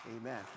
Amen